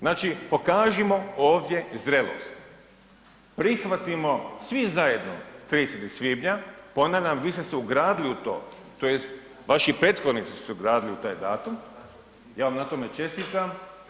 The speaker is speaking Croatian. Znači pokažimo ovdje zrelost, prihvatimo svi zajedno 30. svibnja, ponavljam, vi ste se ugradili u to tj. vaši prethodnici su se ugradili u taj datum, ja vam na tome čestitam.